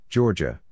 Georgia